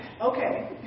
Okay